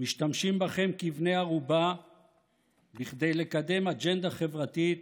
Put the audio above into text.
משתמשים בכם כבני ערובה כדי לקדם אג'נדה חברתית